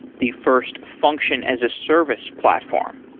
the first function as a service platform.